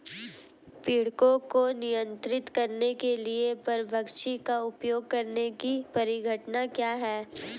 पीड़कों को नियंत्रित करने के लिए परभक्षी का उपयोग करने की परिघटना क्या है?